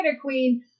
queen